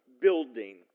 building